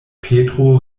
petro